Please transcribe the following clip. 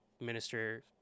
minister